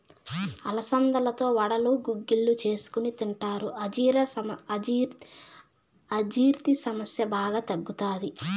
అలసందలతో వడలు, గుగ్గిళ్ళు చేసుకొని తింటారు, అజీర్తి సమస్య బాగా తగ్గుతాది